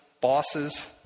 bosses